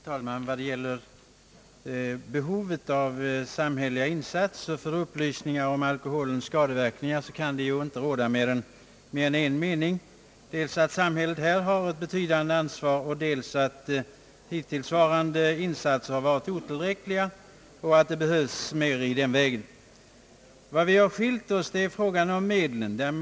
Herr talman! Vad gäller behovet av samhälleliga insatser för upplysningar om alkoholens skadeverkningar kan det ju inte råda mer än en mening, nämligen att samhället här har ett betydande ansvar och att hittillsvarande insatser har varit otillräckliga så att det krävs större insatser. Vi har skilt oss i fråga om medlen.